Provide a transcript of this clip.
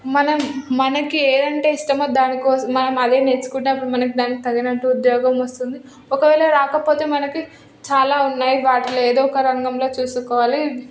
మనం మనకి ఏదంటే ఇష్టమో దాని కోసం మనం అదే నేర్చుకుంటాం మనకు దానికి తగినట్టు ఉద్యోగం వస్తుంది ఒకవేళ రాకపోతే మనకి చాలా ఉన్నాయి వాటిలో ఏదో ఒక రంగంలో చూసుకోవాలి